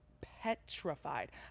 petrified